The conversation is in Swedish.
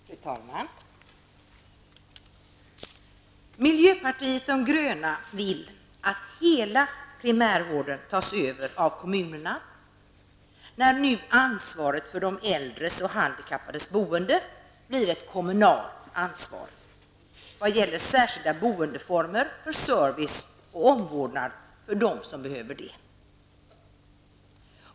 Fru talman! Miljöpartiet de gröna vill att hela primärvården, när det gäller särskilda boendeformer för service och omvårdnad för dem som behöver det, tas över av kommunerna när nu ansvaret för de äldres och handikappades boende blir ett kommunalt ansvar.